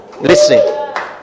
listen